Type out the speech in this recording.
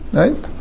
right